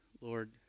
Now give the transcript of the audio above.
Lord